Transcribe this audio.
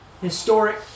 Historic